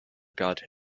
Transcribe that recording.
god